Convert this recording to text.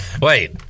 wait